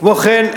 כמו כן,